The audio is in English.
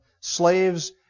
slaves